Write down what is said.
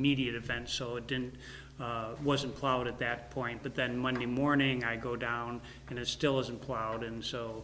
media event so it didn't wasn't cloud at that point but then monday morning i go down and it still isn't plowed and so